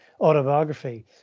autobiography